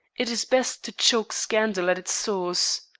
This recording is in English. it is best to choke scandal at its source.